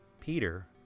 Peter